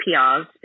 PRs